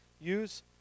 use